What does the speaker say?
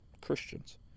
Christians